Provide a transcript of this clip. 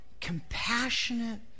compassionate